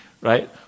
right